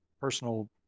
personal